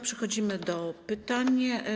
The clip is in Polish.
Przechodzimy do pytań.